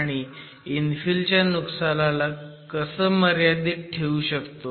आणि इन्फिल च्या नुकसानाला कसं मर्यादित ठेवू शकतो